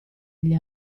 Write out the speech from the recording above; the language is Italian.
agli